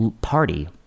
party